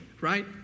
right